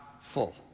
full